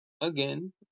again